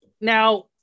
Now